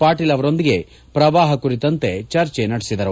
ಪಾಟೀಲ್ ಅವರೊಂದಿಗೆ ಪ್ರವಾಹ ಕುರಿತಂತೆ ಚರ್ಚೆ ನಡೆಸಿದರು